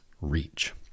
reach